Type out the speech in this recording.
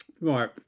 Right